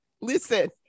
Listen